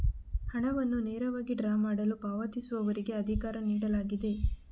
ಹಣವನ್ನು ನೇರವಾಗಿ ಡ್ರಾ ಮಾಡಲು ಪಾವತಿಸುವವರಿಗೆ ಅಧಿಕಾರ ನೀಡಲಾಗಿದೆ